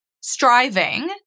striving